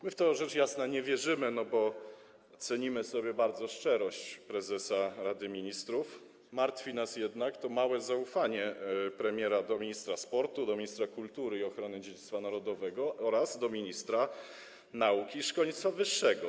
My w to rzecz jasna nie wierzymy, bo cenimy sobie bardzo szczerość prezesa Rady Ministrów, martwi nas jednak to małe zaufanie premiera do ministra sportu, do ministra kultury i ochrony dziedzictwa narodowego oraz do ministra nauki i szkolnictwa wyższego.